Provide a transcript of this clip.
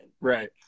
Right